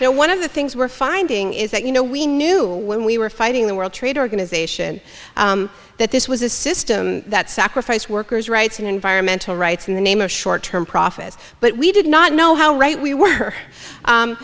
know one of the things we're finding is that you know we knew when we were fighting the world trade organization that this was a system that sacrificed workers rights and environmental rights in the name of short term profits but we did not know how right we were